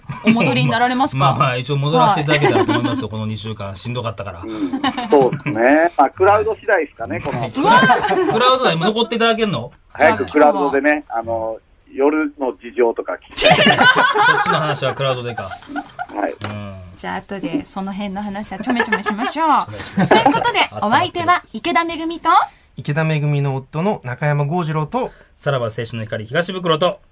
お戻りになられますか？まあ、 まあまあ、一応戻らせていただけたらと思いますよ、はい。この二週間。しんどかったから。 うん、そうっすね。まあ、クラウド次第っすかね、この後。うわ！クラウドだ。 今残っていただけんの？早くクラウドでね、 じゃあ、今日は？あの、夜の事情とか聞きたい。 そっちの話はクラウドでか。はい。うん。じゃあ、 後でその辺の話はちょめちょめしましょう。ちょめちょめしましょう。 ということで、お相手は池田めぐみと、 池田めぐみの夫の中山豪次郎と、さらば青春の光、東ブクロと。